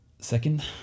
second